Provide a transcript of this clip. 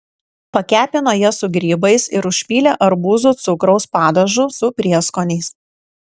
pakepino jas su grybais ir užpylė arbūzų cukraus padažu su prieskoniais